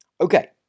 Okay